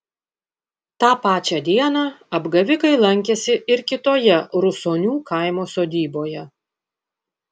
tą pačią dieną apgavikai lankėsi ir kitoje rusonių kaimo sodyboje